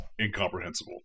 incomprehensible